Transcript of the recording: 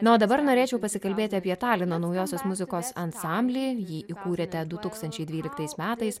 na o dabar norėčiau pasikalbėti apie talino naujosios muzikos ansamblį jį įkūrėte du tūkstančiai dvyliktais metais